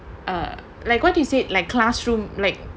err like what you said like classroom like